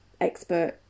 expert